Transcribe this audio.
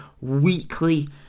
weekly